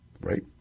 right